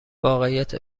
واقعیت